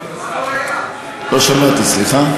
לא שמעתי, סליחה?